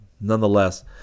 Nonetheless